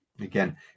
again